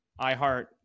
iHeart